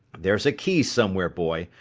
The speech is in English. there's a key somewhere, boy,